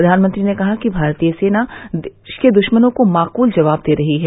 प्रधानमंत्री ने कहा कि भारतीय सेना देश के दुश्मनों को माकूल जवाब दे रही है